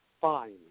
fine